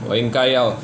我应该要